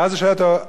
ואז שואל אותו: